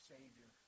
Savior